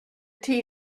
tea